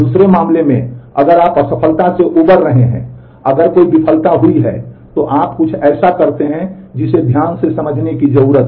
दूसरे मामले में अगर आप असफलता से उबर रहे हैं अगर कोई विफलता हुई है तो आप कुछ ऐसा करते हैं जिसे ध्यान से समझने की जरूरत है